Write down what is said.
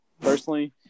Personally